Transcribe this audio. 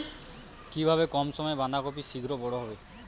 কিভাবে কম সময়ে বাঁধাকপি শিঘ্র বড় হবে?